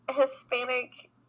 Hispanic